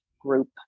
group